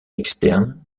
externe